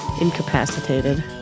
Incapacitated